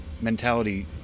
mentality